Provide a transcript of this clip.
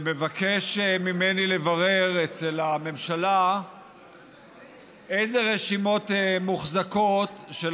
שמבקש ממני לברר אצל הממשלה אילו רשימות מוחזקות של